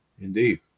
indeed